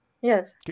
Yes